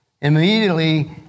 Immediately